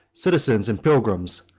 citizens and pilgrims,